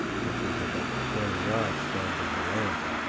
which was about twenty yards from the veranda.